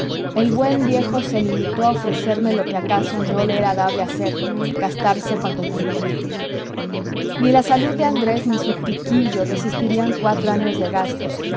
el buen viejo se limitó a ofrecerme lo que acaso no le era dable hacer gastarse cuanto tenía ni la salud de andrés ni su piquillo resistirían cuatro años de gastos